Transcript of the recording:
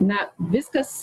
na viskas